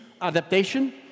adaptation